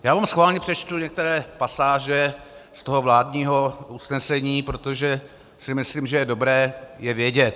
Já vám schválně přečtu některé pasáže z toho vládního usnesení, protože si myslím, že je dobré je vědět.